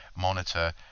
monitor